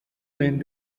lane